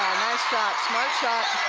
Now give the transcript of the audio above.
shot, smart shot.